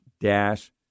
dash